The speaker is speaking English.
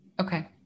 Okay